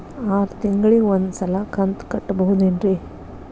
ಆರ ತಿಂಗಳಿಗ ಒಂದ್ ಸಲ ಕಂತ ಕಟ್ಟಬಹುದೇನ್ರಿ?